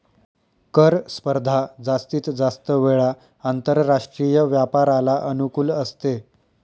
कर स्पर्धा जास्तीत जास्त वेळा आंतरराष्ट्रीय व्यापाराला अनुकूल असते